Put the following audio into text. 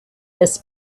this